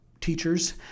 teachers